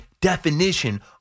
definition